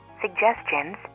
suggestions